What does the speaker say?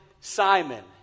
Simon